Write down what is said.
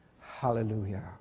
hallelujah